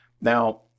Now